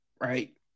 right